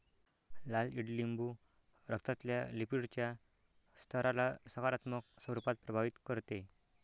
लाल ईडलिंबू रक्तातल्या लिपीडच्या स्तराला सकारात्मक स्वरूपात प्रभावित करते